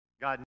God